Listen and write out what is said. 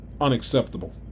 unacceptable